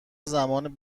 زمان